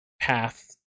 path